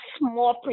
more